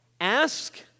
ask